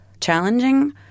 challenging